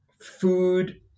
food